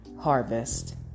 harvest